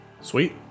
Sweet